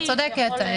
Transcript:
את צודקת.